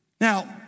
Now